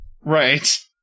Right